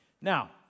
Now